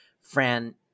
Fran